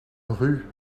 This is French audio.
rue